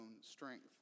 strength